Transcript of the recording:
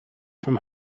from